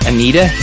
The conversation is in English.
Anita